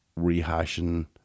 rehashing